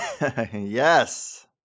Yes